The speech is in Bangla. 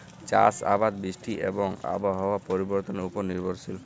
চাষ আবাদ বৃষ্টি এবং আবহাওয়ার পরিবর্তনের উপর নির্ভরশীল